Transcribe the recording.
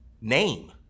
name